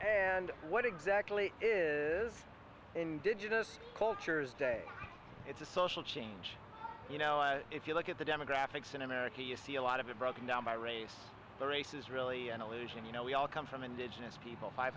and what exactly is indigenous cultures day it's a social change you know if you look at the demographics in america you see a lot of it broken down by race the race is really an illusion you know we all come from indigenous people five